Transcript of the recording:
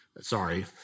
sorry